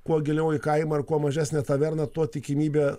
kuo giliau į kaimą ir kuo mažesnė taverna tuo tikimybė